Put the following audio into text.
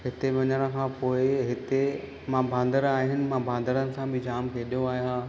हिते वञण खां पोइ हिते मां बांदर आहिनि मां बांदरनि सां बि जाम खेॾियो आहियां